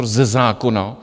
Ze zákona!